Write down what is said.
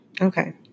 Okay